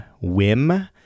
whim